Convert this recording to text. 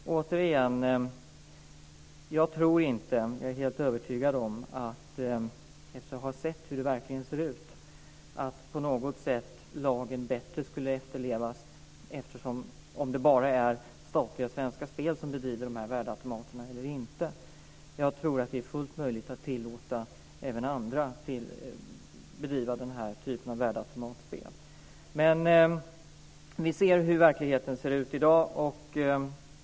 Efter att ha sett hur det verkligen ser ut, är jag helt övertygad om att lagen inte på något sätt efterlevs bättre bara för att det är statliga Svenska Spel som bedriver den här verksamheten med värdeautomaterna. Jag tror att det är fullt möjligt att tillåta även andra att bedriva den här typen av verksamhet med spel på värdeautomater. Vi ser hur verkligheten ser ut i dag.